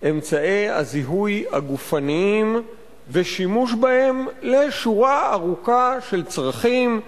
אמצעי הזיהוי הגופניים ושימוש בהם לשורה ארוכה של צרכים,